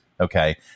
Okay